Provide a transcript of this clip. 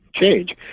change